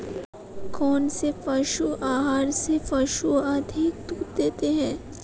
कौनसे पशु आहार से पशु अधिक दूध देते हैं?